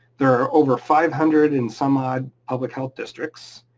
there are over five hundred and some odd public health districts.